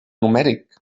numèric